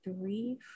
three